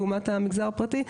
לעומת המגזר הפרטי,